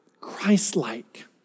Christ-like